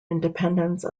independence